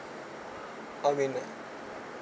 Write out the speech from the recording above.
I mean uh